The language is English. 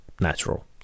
natural